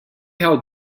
how